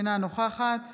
אינה נוכחת